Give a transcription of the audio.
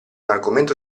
argomento